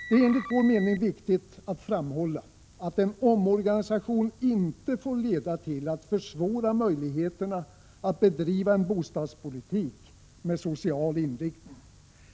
Det är enligt vår mening viktigt att framhålla att en omorganisation inte får leda till att möjligheterna försvåras att bedriva en bostadspolitik med social inriktning.